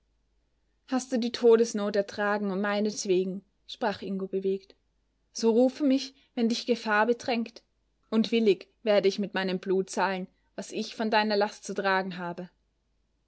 hast du todesnot ertragen um meinetwegen sprach ingo bewegt so rufe mich wenn dich gefahr bedrängt und willig werde ich mit meinem blut zahlen was ich von deiner last zu tragen habe